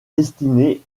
destinée